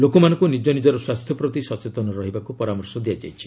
ଲୋକମାନଙ୍କୁ ନିଜ ନିଜର ସ୍ୱାସ୍ଥ୍ୟ ପ୍ରତି ସଚେତନ ହେବାକୁ ପରାମର୍ଶ ଦିଆଯାଇଛି